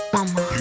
Mama